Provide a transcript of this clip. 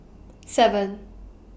seven